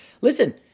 Listen